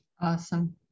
Awesome